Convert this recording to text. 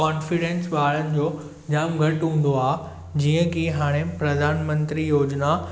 confidence ॿारनि जो जाम घटि हूंदो आहे जीअं की हाणे प्रधानमंत्री योजना